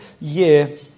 year